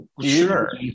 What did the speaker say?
Sure